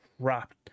crap